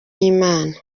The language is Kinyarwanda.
imana